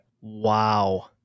Wow